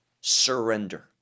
surrender